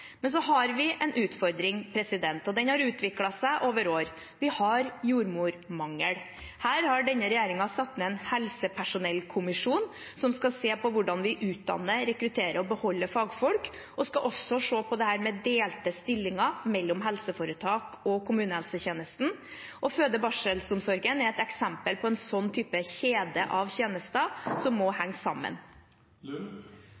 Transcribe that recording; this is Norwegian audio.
Vi har en utfordring, og den har utviklet seg over år: Vi har jordmormangel. Denne regjeringen har satt ned en helsepersonellkommisjon som skal se på hvordan vi utdanner, rekrutter og beholder fagfolk, og den skal også se på dette med delte stillinger mellom helseforetak og kommunehelsetjenesten. Føde- og barselomsorgen er et eksempel på en sånn type kjede av tjenester som må